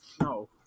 No